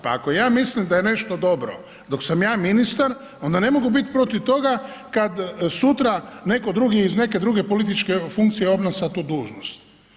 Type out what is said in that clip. Pa ako ja mislim da je nešto dobro dok sam ja ministar, onda ne mogu biti protiv toga kad sutra netko drugi, iz neke druge političke funkcije obnaša tu dužnost.